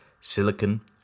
silicon